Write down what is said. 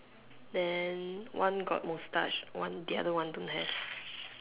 then one got mustache one the other one don't have